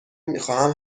میخواهم